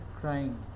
crying